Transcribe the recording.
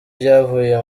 ibyavuye